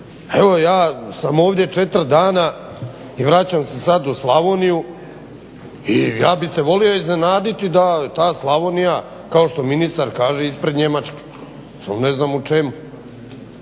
Evo, ja sam ovdje 4 dana i vraćam se sad u Slavoniju i ja bih se volio iznenaditi da ta Slavonija kao što ministar kaže je ispred Njemačke. Samo ne znam u čemu?